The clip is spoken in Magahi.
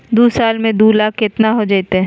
दू साल में दू लाख केतना हो जयते?